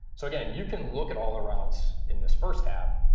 so again, you can look at all the routes in this first tab,